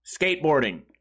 skateboarding